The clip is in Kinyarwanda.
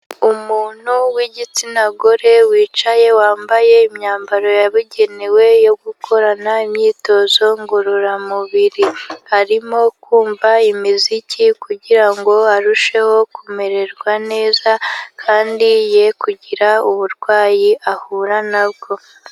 Umuntu w'igitsina gore wicaye wambaye imyambaro yabugenewe yo gukorana imyitozo ngororamubiri, arimo kumva imiziki kugira ngo arusheho kumererwa neza kandi ye kugira uburwayi ahura na bwo.